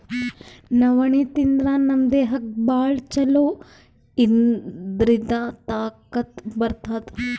ನವಣಿ ತಿಂದ್ರ್ ನಮ್ ದೇಹಕ್ಕ್ ಭಾಳ್ ಛಲೋ ಇದ್ರಿಂದ್ ತಾಕತ್ ಬರ್ತದ್